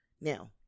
Now